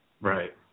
Right